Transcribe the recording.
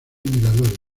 miradores